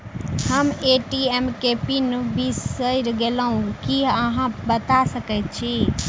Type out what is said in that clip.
हम ए.टी.एम केँ पिन बिसईर गेलू की अहाँ बता सकैत छी?